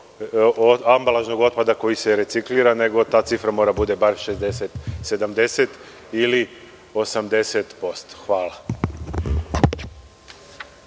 15% ambalažnog otpada koji se reciklira, nego ta cifra mora da bude 60, 70 ili 80%. Hvala.